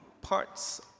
parts